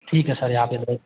ठीक है सर यहाँ पे दवाई